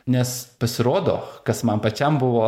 nes pasirodo kas man pačiam buvo